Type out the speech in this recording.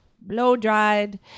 blow-dried